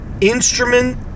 instrument